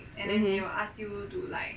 mmhmm